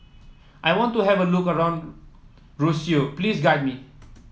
I want to have a look around Roseau please guide me